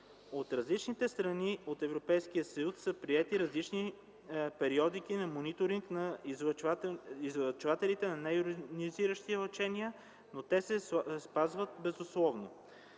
В различните страни от Европейския съюз са приети различни периодики на мониторинг на излъчвателите на нейонизиращи лъчения, но те се спазват безусловно.